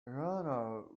rhino